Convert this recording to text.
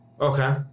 Okay